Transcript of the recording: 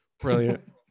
Brilliant